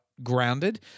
grounded